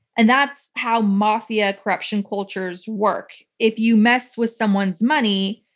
and that's how mafia corruption cultures work. if you mess with someone's money,